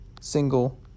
single